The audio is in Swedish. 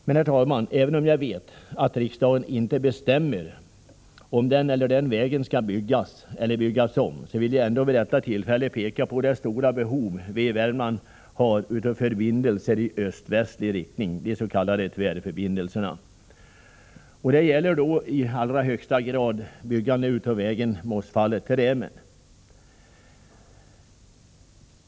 Men, herr talman, även om jag vet att riksdagen inte bestämmer om en viss väg skall byggas eller byggas om, vill jag ändå vid detta tillfälle peka på det stora behov vi i Värmland har av förbindelser i öst-västlig riktning — de s.k. tvärförbindelserna. Det gäller i allra högsta grad byggande av vägen Mossfallet-Rämen.